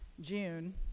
June